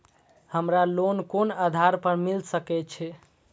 हमरा लोन कोन आधार पर मिल सके छे?